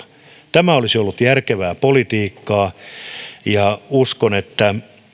tämä olisi ollut järkevää politiikkaa uskon että